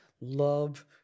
love